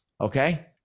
Okay